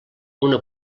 una